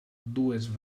dues